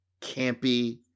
campy